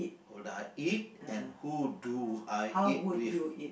or do I eat and who do I eat with